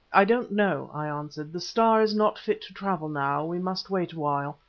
i don't know, i answered. the star is not fit to travel now, we must wait awhile.